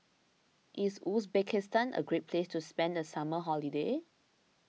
is Uzbekistan a great place to spend the summer holiday